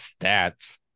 stats